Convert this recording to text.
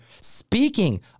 Speaking